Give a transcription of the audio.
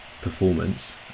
performance